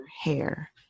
hair